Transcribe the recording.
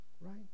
right